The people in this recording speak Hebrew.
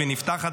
והיא נפתחת,